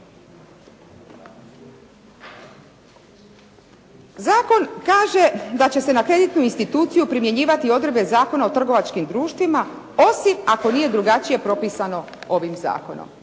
Zakon kaže da će se na kreditnu instituciju primjenjivati odredba Zakona o trgovačkim društvima, osim ako nije drugačije propisano ovim zakonom.